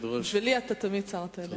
בשבילי אתה תמיד שר, אתה יודע.